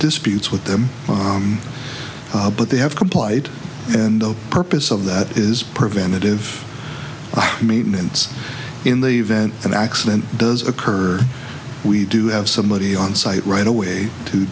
disputes with them but they have complied and the purpose of that is preventative maintenance in the event an accident does occur we do have somebody on site right away to